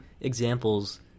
examples